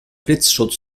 blitzschutz